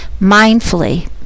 mindfully